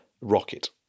rocket